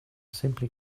simply